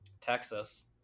Texas